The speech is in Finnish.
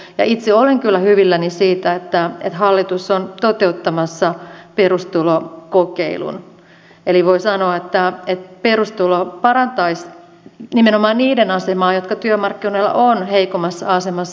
ja itse olen kyllä hyvilläni siitä että hallitus on toteuttamassa perustulokokeilun voi sanoa että perustulo parantaisi nimenomaan niiden asemaa jotka työmarkkinoilla ovat heikossa asemassa